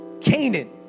Canaan